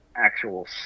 Actual